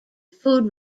food